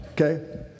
okay